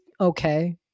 okay